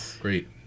Great